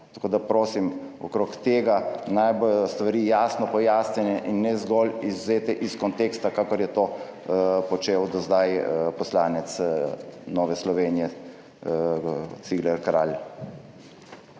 Tako da prosim, okrog tega naj bodo stvari jasno pojasnjene in ne zgolj izvzete iz konteksta, kakor je to počel do zdaj poslanec Nove Slovenije Cigler Kralj.